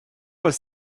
was